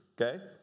okay